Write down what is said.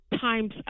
Time's